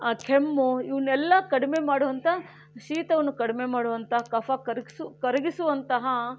ಕೆಮ್ಮು ಇವನ್ನೆಲ್ಲ ಕಡಿಮೆ ಮಾಡುವಂಥ ಶೀತವನ್ನು ಕಡಿಮೆ ಮಾಡುವಂಥ ಕಫ ಕರಗ್ಸು ಕರಗಿಸುವಂತಹ